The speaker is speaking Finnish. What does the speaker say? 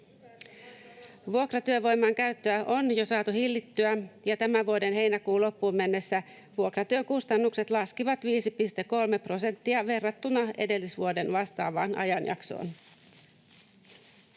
Vuokratyövoiman käyttöä on jo saatu hillittyä, ja tämän vuoden heinäkuun loppuun mennessä vuokratyön kustannukset laskivat 5,3 prosenttia verrattuna edellisvuoden vastaavaan ajanjaksoon.